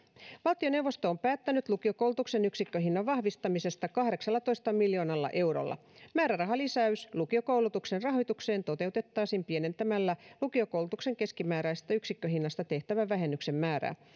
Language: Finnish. valtioneuvosto on päättänyt lukiokoulutuksen yksikköhinnan vahvistamisesta kahdeksallatoista miljoonalla eurolla määrärahalisäys lukiokoulutuksen rahoitukseen toteutettaisiin pienentämällä lukiokoulutuksen keskimääräisestä yksikköhinnasta tehtävän vähennyksen määrää